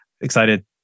excited